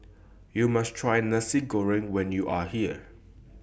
YOU must Try Nasi Goreng when YOU Are here